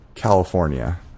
California